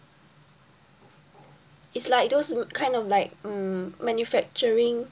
it's like those kind of like mm manufacturing